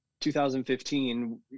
2015